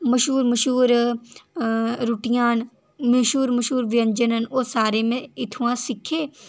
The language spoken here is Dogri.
मश्हूर मश्हूर रुट्टियां न मश्हूर मश्हूर व्यंजन न ओह् सारे में इत्थुआं सिक्खे